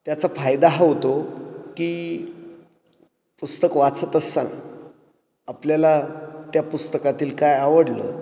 त्याचा फायदा हा होतो की पुस्तक वाचत असताना आपल्याला त्या पुस्तकातील काय आवडलं